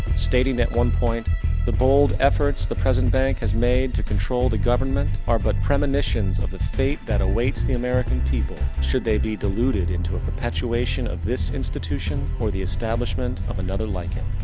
stating that one point the bold efforts the present bank has made to control the government. are but premonitions of the fate that awaits the american people should they be deluded into a perpetuation of this institution or, the establishment of another like it.